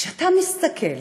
וכשאתה מסתכל